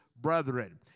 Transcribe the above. brethren